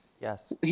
Yes